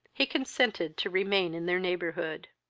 he consented to remain in their neighborhood.